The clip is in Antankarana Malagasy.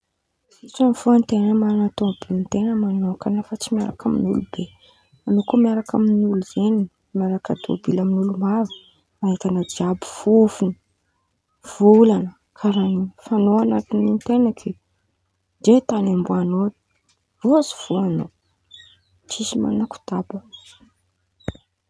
Sitran̈y fo an-ten̈a manan̈a tômobilinten̈a manôkan̈a fa tsy miaraka amy olo be, an̈ao koa miaraka amin̈olo zen̈y miaraka tômobily olo maro hiarentan̈a jiàby fôfon̈o, volan̈a karàha in̈y fa an̈ao an̈aty ny an-ten̈a ke ndre tan̈y tian̈ao omban̈ao roso fo an̈ao, tsisy manakotaba.